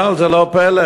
אבל זה לא פלא,